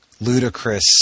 ludicrous